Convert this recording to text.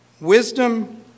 wisdom